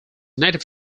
native